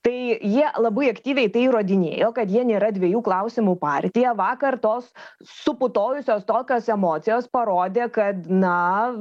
tai jie labai aktyviai tai įrodinėjo kad jie nėra dviejų klausimų partija vakar tos suputojusios tokios emocijos parodė kad na